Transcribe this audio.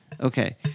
Okay